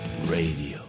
radio